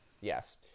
Yes